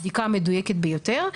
הבדיקה המדויקת ביותר.